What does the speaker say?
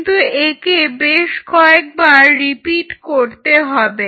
কিন্তু একে বেশ কয়েক বার রিপিট করতে হবে